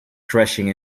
crashing